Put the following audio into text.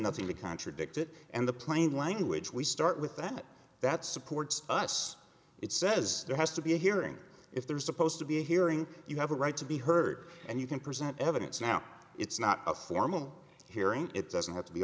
nothing to contradict it and the plain language we start with that that supports us it says there has to be a hearing if there is supposed to be a hearing you have a right to be heard and you can present evidence now it's not a formal hearing it doesn't have to be